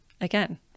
again